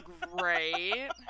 Great